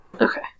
Okay